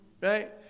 Right